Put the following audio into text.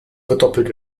verdoppelt